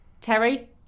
Terry